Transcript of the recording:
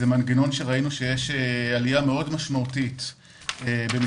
זה מנגנון שראינו שיש עלייה משמעותית מאוד במספר